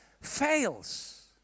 fails